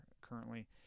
currently